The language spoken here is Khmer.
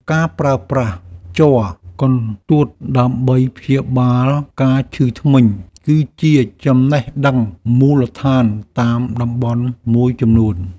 ការប្រើប្រាស់ជ័រកន្ទួតដើម្បីព្យាបាលការឈឺធ្មេញ គឺជាចំណេះដឹងមូលដ្ឋានតាមតំបន់មួយចំនួន។